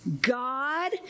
God